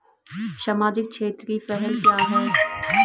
सामाजिक क्षेत्र की पहल क्या हैं?